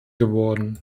geworden